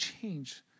change